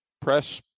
press